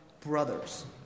brothers